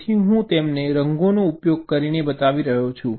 તેથી હું તેમને રંગોનો ઉપયોગ કરીને બતાવી રહ્યો છું